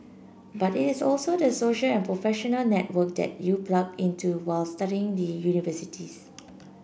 but it is also the social and professional network that you plug into while studying the universities